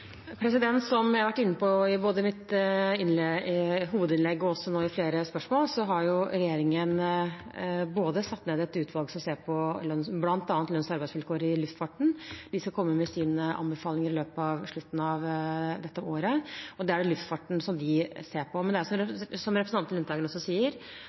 Som jeg har vært inne på både i mitt hovedinnlegg og også i flere svar på spørsmål, har regjeringen satt ned et utvalg som ser på bl.a. lønns- og arbeidsvilkår i luftfarten. De skal komme med sin anbefaling mot slutten av dette året. Da er det luftfarten vi ser på. Men som representanten Lundteigen også sier, er